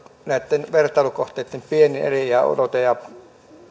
näitten vertailukohteitten eliniänodote on pieni ja